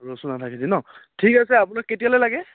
ৰচুন আধা কেজি ন ঠিক আছে আপোনাক কেতিয়ালৈ লাগে